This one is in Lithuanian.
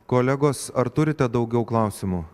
kolegos ar turite daugiau klausimų